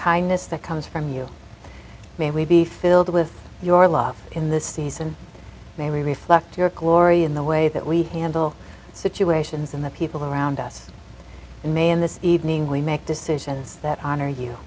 kindness that comes from you may we be filled with your lot in this season may reflect your glory in the way that we handle situations and the people around us and may in the evening we make decisions that honor you